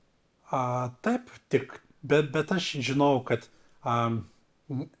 a taip tik bet bet aš žinojau kad a